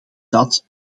dat